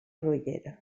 grollera